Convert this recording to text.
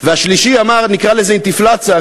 והשלישי אמר: נקרא לזה "אינתיפלצה",